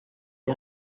les